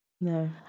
No